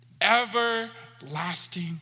Everlasting